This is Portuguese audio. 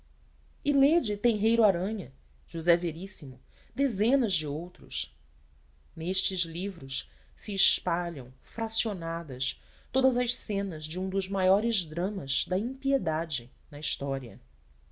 e lede tenreiro aranha josé veríssimo dezenas de outros nestes livros se espalham fracionadas todas as cenas de um dos maiores dramas da impiedade na história